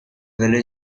village